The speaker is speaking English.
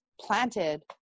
planted